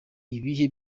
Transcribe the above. ibihe